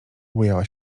bujała